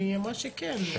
והיא אמרה שכן.